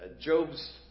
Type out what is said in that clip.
Job's